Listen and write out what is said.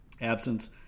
absence